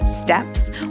steps